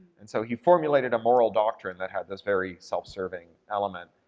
and so he formulated a moral doctrine that had this very self-serving element.